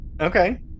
Okay